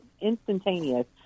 instantaneous